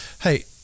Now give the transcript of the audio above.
Hey